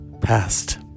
past